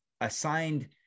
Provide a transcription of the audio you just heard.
assigned